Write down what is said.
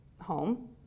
home